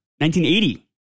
1980